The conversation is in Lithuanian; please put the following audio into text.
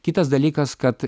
kitas dalykas kad